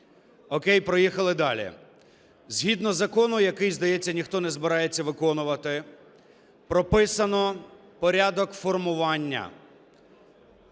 О'кей, проїхали. Далі. Згідно закону, який, здається, ніхто не збирається виконувати, прописано порядок формування